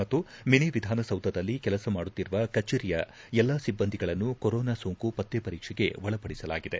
ಮತ್ತು ಮಿನಿ ವಿಧಾನಸೌಧದಲ್ಲಿ ಕೆಲಸ ಮಾಡುತ್ತಿರುವ ಕಚೇರಿಯ ಎಲ್ಲಾ ಸಿಬ್ಬಂದಿಗಳನ್ನು ಕೊರೋನಾ ಸೋಂಕು ಪತ್ತೆ ಪರೀಕ್ಷೆಗೆ ಒಳಪಡಿಸಲಾಗಿದೆ